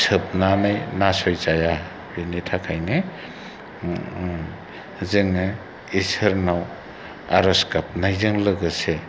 सोबनानै नासयजाया बेनि थाखायनो जोङो इसोरनाव आर'ज गाबनायजों लोगोसे